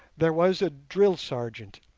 there was a drill sergeant,